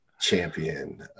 champion